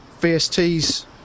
VSTs